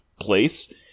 place